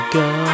go